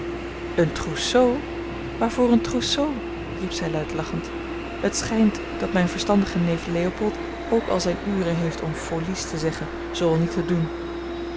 een trousseau waarvoor een trousseau riep zij luid lachend het schijnt dat mijn verstandige neef leopold ook al zijn ure heeft om folies te zeggen zoo al niet te doen